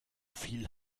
viel